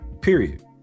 Period